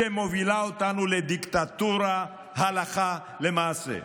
שמובילה אותנו לדיקטטורה הלכה למעשה.